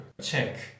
check